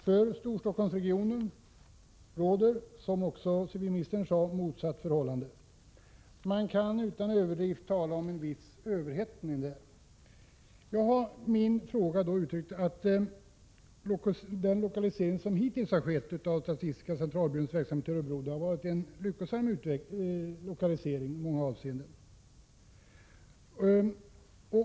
För Storstockholmsregionen råder, som civilministern också sade, motsatt förhållande. Man kan utan överdrift tala om en viss överhettning i Storstockholmsregionen. Jag har i min fråga uttryckt att den lokalisering som hittills har skett av statistiska centralbyråns verksamhet till Örebro har varit en lyckosam lokalisering i många avseenden.